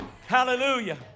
Hallelujah